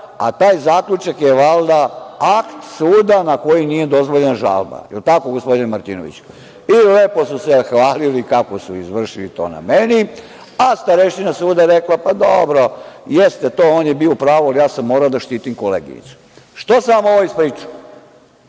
a taj zaključak je valjda akt suda na koji nije dozvoljena žalba. Da li je tako gospodine Martinoviću? I lepo su se hvalili kako su izvršili to na meni, a starešina suda rekla - pa dobro, jeste to, on je bio u pravu, ali ja sam morao da štitim koleginicu. Što sam ovo ispričao?